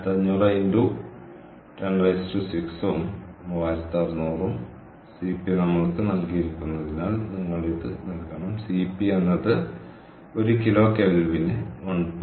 അതിനാൽ 2500x106 ഉം 3600 ഉം Cp നമ്മൾക്ക് നൽകിയിരിക്കുന്നതിനാൽ നിങ്ങൾ ഇത് നൽകണം Cp എന്നത് ഒരു കിലോ കെൽവിന് 1